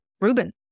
Ruben